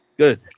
Good